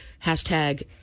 Hashtag